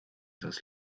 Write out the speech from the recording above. das